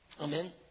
Amen